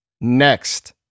Next